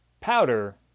powder